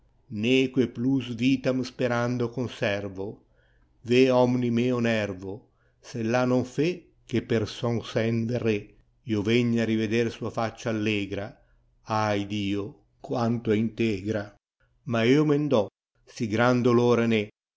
ncque plus vitam sperando conservo yae omni meo nervo sella non fai qe per son sen verai io vegna a riveder sua faccia allegra ahi dio quanto è integra mas en men dopt si gran dolor en